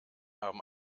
haben